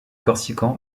corsican